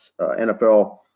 NFL